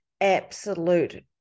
absolute